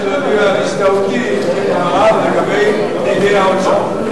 את הזדהותי הרבה לגבי פקידי האוצר.